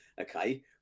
okay